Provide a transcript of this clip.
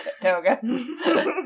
Toga